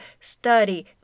study